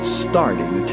starting